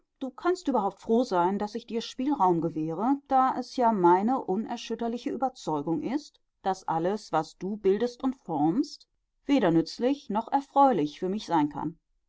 du kannst überhaupt froh sein daß ich dir spielraum gewähre da es ja meine unerschütterliche überzeugung ist daß alles was du bildest und formst weder nützlich noch erfreulich für mich sein kann